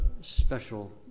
special